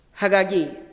Hagagi